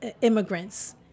immigrants